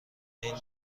این